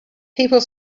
people